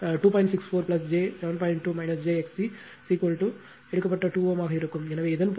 2 j XC எடுக்கப்பட்ட 2 Ω ஆக இருக்கும் எனவே இதன் பொருள் எனது RL 2